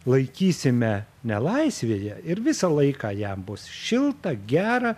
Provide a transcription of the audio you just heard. laikysime nelaisvėje ir visą laiką jam bus šilta gera